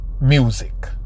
music